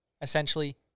essentially